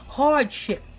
Hardship